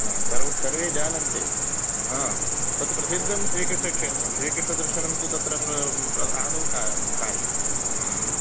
सर्वे जानन्ति तत् प्रसिद्धं श्रीकृष्णक्षेत्रं श्रीकृष्णदर्शनं तु तत्र आदौ कार्यं